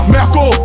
Merco